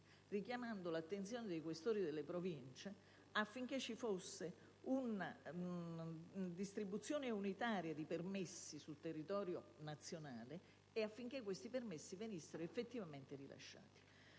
richiamando l'attenzione dei questori delle Province affinché ci fosse una distribuzione unitaria di permessi sul territorio nazionale e affinché questi permessi fossero effettivamente rilasciati.